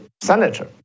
Senator